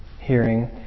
hearing